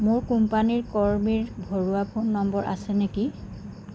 মোৰ কোম্পানীৰ কৰ্মীৰ ঘৰুৱা ফোন নম্বৰ আছে নেকি